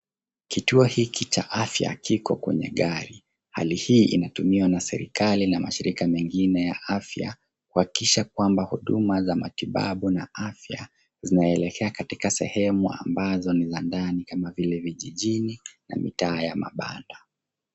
Kituo hiki cha afya kiko kwenye gari. Hali hii inatumiwa na serikali na mashirika mengine ya afya kuhakikisha kwamba huduma za matibabu na afya zinaelekea katika sehemu ambazo ni za ndani kama vile vijijini na mitaa ya mabanda.